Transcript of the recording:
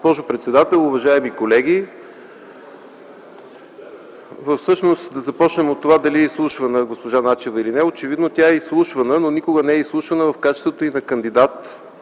Госпожо председател, уважаеми колеги, всъщност да започнем от това дали е изслушвана госпожа Начева или не. Очевидно тя е изслушвана, но никога не е изслушвана в качеството й на кандидат